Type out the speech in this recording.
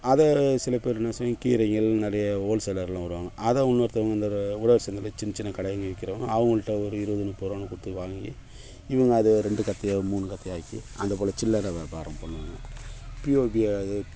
அதை சில பேர் என்ன செய்வோம் கீரைகள் நிறைய ஹோல்சேலரெலாம் வருவாங்க அதை இன்னொருத்தவங்க இந்த உழவர் சந்தையில் சின்னச் சின்ன கடைங்க விற்கிறவங்க அவங்கள்ட்ட ஒரு இருபது முப்பதுரூவானு கொடுத்து வாங்கி இவங்க அதை ரெண்டு கத்தையாகவோ மூணு கத்தையாக்கி அந்த போல சில்லறை வியாபாரம் பண்ணுவாங்க பிஓபி